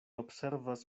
observas